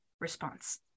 response